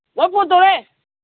ꯕꯥ ꯐꯣꯟ ꯇꯧꯔꯛꯑꯦ